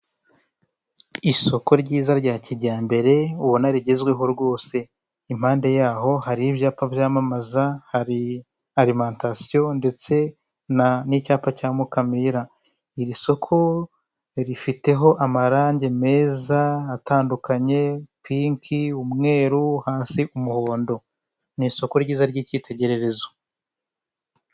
Isoko ryiza rya kijyambere ubona rigezweho rwose, impande yaho hari ibyapa byamamaza, hari alimantasiyo ndetse n'icyapa cya Mukamira. Iri soko rifiteho amarangi meza atandukanye pinki, umweru hasi umuhondo. Ni isoko ryiza ry'icyitegererezo.